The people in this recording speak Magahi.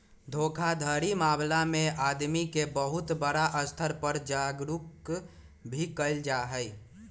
धोखाधड़ी मामला में आदमी के बहुत बड़ा स्तर पर जागरूक भी कइल जाहई